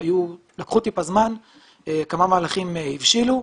שלקחו קצת זמן אבל כמה מהלכים הבשילו.